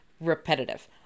repetitive